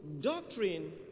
doctrine